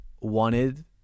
wanted